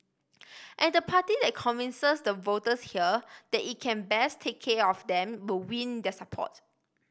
and the party that convinces the voters here that it can best take care of them will win their support